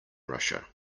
russia